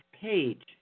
page